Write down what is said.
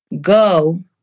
Go